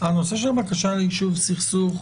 הנושא של הבקשה ליישוב סכסוך,